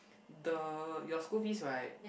the your school fees right